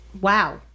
wow